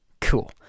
Cool